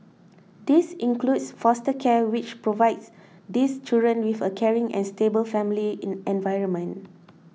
this includes foster care which provides these children with a caring and stable family in environment